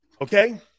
Okay